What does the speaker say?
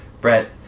Brett